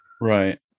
Right